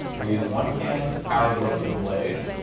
we'll use one can to power both of the blades,